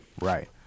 Right